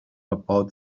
about